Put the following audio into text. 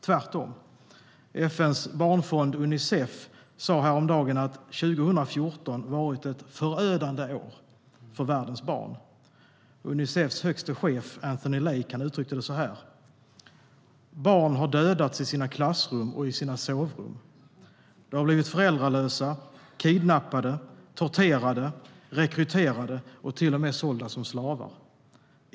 Tvärtom sa FN:s barnfond Unicef häromdagen att 2014 varit ett förödande år för världens barn. Unicefs högste chef Anthony Lake har uttryckt det så här: Barn har dödats i sina klassrum och i sina sovrum. De har blivit föräldralösa, kidnappade, torterade, rekryterade och till och med sålda som slavar.